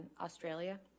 Australia